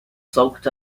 soaked